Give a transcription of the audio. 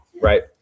right